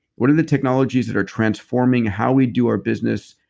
what are the technologies that are transforming how we do our business,